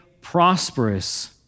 prosperous